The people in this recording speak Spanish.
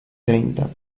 treinta